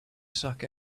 suck